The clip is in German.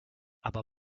aber